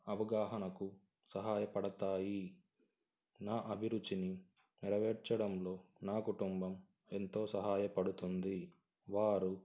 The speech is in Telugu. అవగాహనకు సహాయపడతాయి నా అభిరుచిని నెరవేర్చడంలో నా కుటుంబం ఎంతో సహాయపడుతుంది వారు